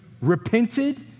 repented